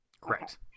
correct